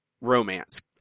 romance